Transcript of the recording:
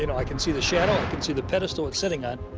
you know i can see the shadow. i can see the pedestal it's sitting on.